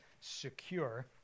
secure